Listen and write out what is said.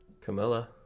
Camilla